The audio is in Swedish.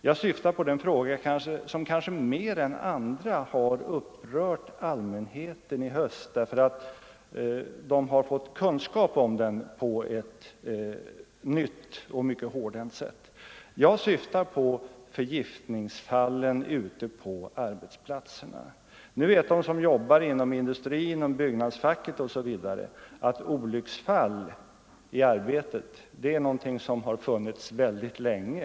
Det är den fråga som kanske mer än andra har upprört allmänheten i höst, därför att man har fått kunskap om den på ett nytt och mycket hårdhänt sätt. Jag syftar på förgiftningsfallen ute på arbetsplatserna. Nu vet de som jobbar inom industrin — i byggnadsfacket osv. — att olycksfall i arbetet är någonting som funnits väldigt länge.